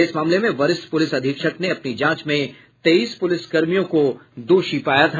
इस मामले में वरिष्ठ पुलिस अधीक्षक ने अपनी जांच में तेईस पुलिसकर्मियों को दोषी पाया था